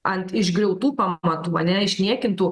ant išgriautų pamatų ane išniekintų